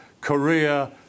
Korea